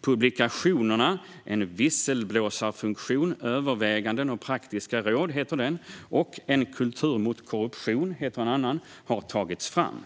Publikationerna En visselblåsarfunktion - överväganden och praktiska råd och En kultur mot korruption har tagits fram.